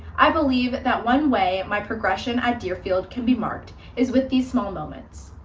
i believe that one way my progression at deerfield can be marked is with these small moments.